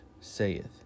saith